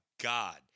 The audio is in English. God